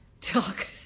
Talk